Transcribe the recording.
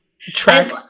track